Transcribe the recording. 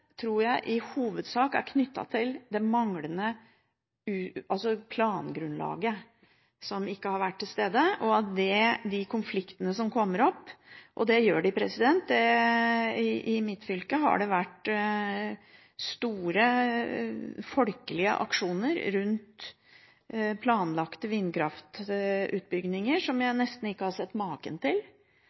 tror jeg det i hovedsak er knyttet til det manglende plangrunnlaget. Og konfliktene kommer. I mitt fylke har det vært store folkelige aksjoner rundt planlagte vindkraftutbygginger som jeg nesten ikke har sett maken til.